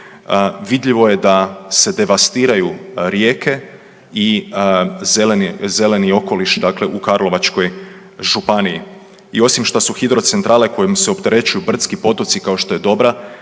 vidljivo je da se devastiraju rijeke i zeleni okoliš dakle u Karlovačkoj županiji. I osim što su hidrocentrale kojim se opterećuju brdski potoci kao što je Dobra